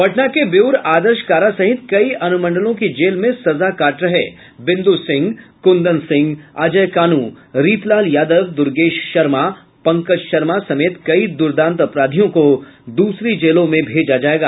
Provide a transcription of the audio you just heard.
पटना के बेउर आदर्श कारा सहित कई अनुमंडलों की जेल में सजा काट रहे बिंद् सिंह कुंदन सिंह अजय कानू रीतलाल यादव दूर्गेश शर्मा पंकज शर्मा समेत कई दुर्दांत अपराधियों को दूसरे जेलों में भेजा जायेगा